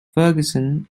ferguson